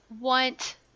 want